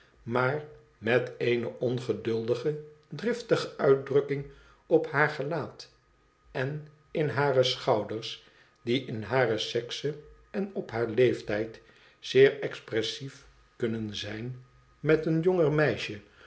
maar met eene ongeduldige driftige uitdrukking op haar gelaat en in hare schouders die in hare sekse en op haar leeftijd zeer expressief kunnen zijn met een jonger meisje